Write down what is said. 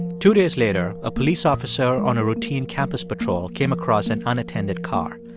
two days later, a police officer on a routine campus patrol came across an unattended car.